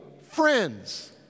friends